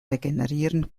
regenerieren